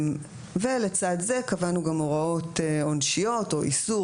לצד זה קבענו גם הוראות עונשיות או איסור